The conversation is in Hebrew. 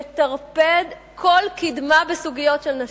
מטרפד כל קידמה בסוגיות של נשים.